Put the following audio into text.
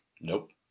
Nope